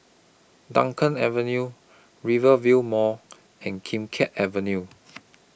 Dunkirk Avenue Rivervale Mall and Kim Keat Avenue